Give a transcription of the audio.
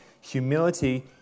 Humility